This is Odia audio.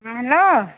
ହଁ ହ୍ୟାଲୋ